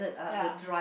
ya